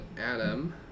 Adam